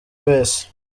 wese